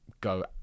go